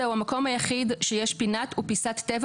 זה הוא המקום היחיד שיש פינת ופיסת טבע